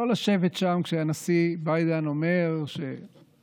לא לשבת שם כשהנשיא ביידן אומר שארצות